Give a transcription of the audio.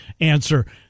answer